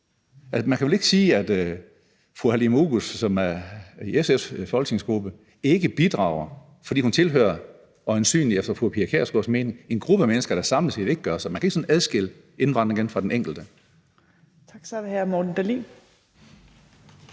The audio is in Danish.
Man kan vel ikke sige, at fru Halime Oguz, som er i SF's folketingsgruppe, ikke bidrager, fordi hun øjensynligt efter fru Pia Kjærsgaards mening tilhører en gruppe mennesker, der samlet set ikke gør det. Så man kan ikke sådan adskille indvandringen fra den enkelte. Kl. 12:33 Fjerde næstformand (Trine